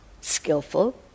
skillful